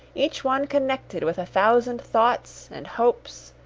each one connected with a thousand thoughts, and hopes,